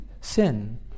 sin